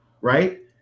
right